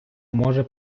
може